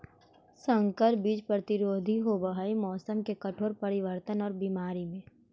संकर बीज प्रतिरोधी होव हई मौसम के कठोर परिवर्तन और बीमारी में